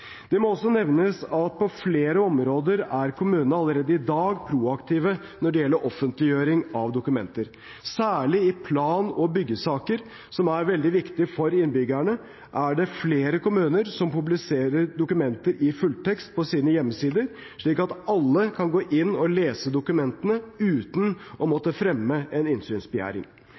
Det må også nevnes at på flere områder er kommunene allerede i dag proaktive når det gjelder offentliggjøring av dokumenter. Særlig i plan- og byggesaker, som er veldig viktige for innbyggerne, er det flere kommuner som publiserer dokumenter i fulltekst på sine hjemmesider, slik at alle kan gå inn og lese dokumentene uten å måtte fremme en innsynsbegjæring.